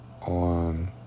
on